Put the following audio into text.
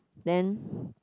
then